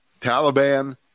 Taliban